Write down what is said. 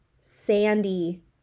sandy